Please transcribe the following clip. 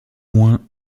moins